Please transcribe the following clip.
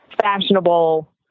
fashionable